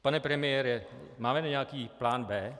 Pane premiére, máme nějaký plán B?